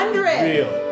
real